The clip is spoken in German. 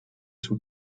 zum